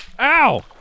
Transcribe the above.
Ow